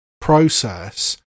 process